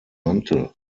mantel